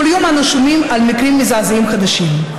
כל יום אנו שומעים על מקרים מזעזעים חדשים.